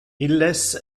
illes